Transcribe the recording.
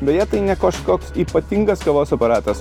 beje tai ne kažkoks ypatingas kavos aparatas